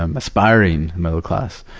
um aspiring middle class.